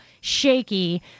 shaky